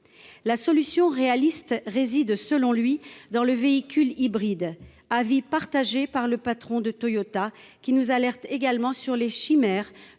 La solution réaliste réside selon lui dans le véhicule hybride. Avis partagé par le patron de Toyota, qui nous alerte également sur les chimères